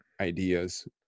ideas